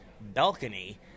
balcony